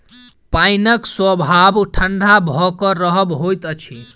पाइनक स्वभाव ठंढा भ क रहब होइत अछि